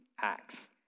Acts